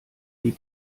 die